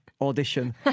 audition